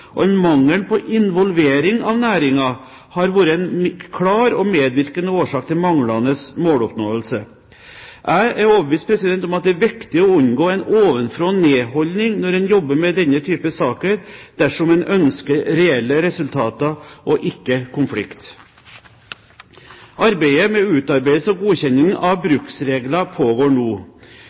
og mangelen på involvering av næringen har vært en klar og medvirkende årsak til manglende måloppnåelse. Jeg er overbevist om at det er viktig å unngå en ovenfra og ned-holdning når en jobber med denne type saker, dersom en ønsker reelle resultater og ikke konflikt. Arbeidet med utarbeidelse og godkjenning av bruksregler pågår nå.